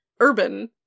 Urban